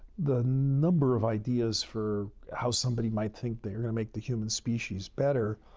the number of ideas for how somebody might think they're going to make the human species better,